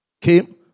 Came